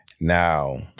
Now